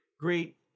great